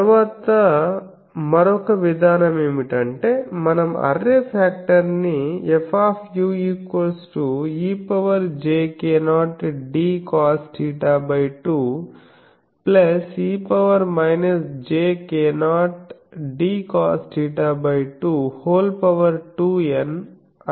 తరువాతి మరొక విధానం ఏమిటంటే మనం అర్రే ఫాక్టర్ని Fejk0dcosθ2 e jk0dcosθ22N అని వ్రాద్దాం